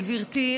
גברתי,